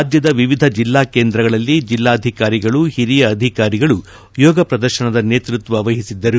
ರಾಜ್ಙದ ವಿವಿಧ ಜಿಲ್ಲಾ ಕೇಂದ್ರಗಳಲ್ಲಿ ಜಿಲ್ಲಾಧಿಕಾರಿಗಳು ಹಿರಿಯ ಅಧಿಕಾರಿಗಳು ಯೋಗ ಪ್ರದರ್ಶನದ ನೇತೃತ್ವ ವಹಿಸಿದ್ದರು